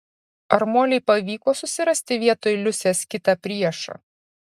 ar molei pavyko susirasti vietoj liusės kitą priešą